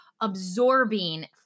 absorbing